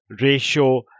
ratio